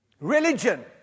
Religion